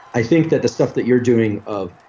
i think that the stuff that you're doing of.